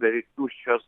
beveik tuščios